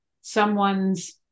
someone's